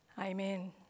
Amen